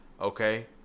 okay